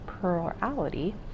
plurality